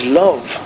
love